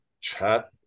chat